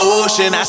ocean